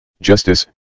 Justice